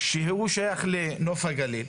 שהוא שייך לנוף הגליל,